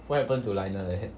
what happened to lionel leh